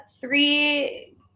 three